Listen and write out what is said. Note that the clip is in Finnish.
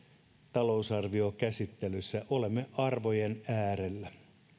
talousarviokäsittelyssä olemme arvojen äärellä